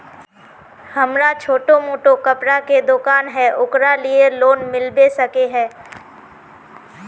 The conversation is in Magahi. हमरा छोटो मोटा कपड़ा के दुकान है ओकरा लिए लोन मिलबे सके है?